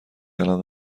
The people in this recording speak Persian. الآن